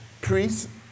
priests